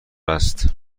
است